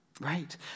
right